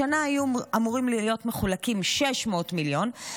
השנה היו אומרים להיות מחולקים 600 מיליון שקלים,